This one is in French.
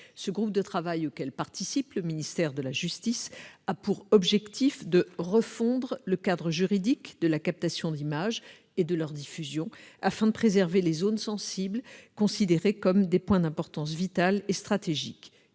Ce groupe de travail, auquel participe le ministère de la justice, a pour objectif de refondre le cadre juridique de la captation d'images et de leur diffusion, afin de préserver les zones sensibles, considérées comme des points d'importance vitale et stratégique.